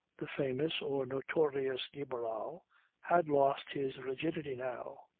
the famous or notorious de barral had lost his rigidity now.